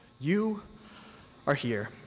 you are here.